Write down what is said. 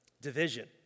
Division